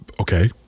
Okay